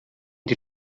die